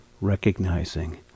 recognizing